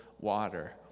water